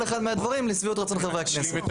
אחד מהדברים לשביעות רצון חברי הכנסת.